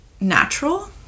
natural